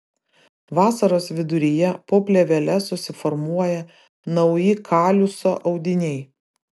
vasaros viduryje po plėvele susiformuoja nauji kaliuso audiniai